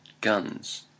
guns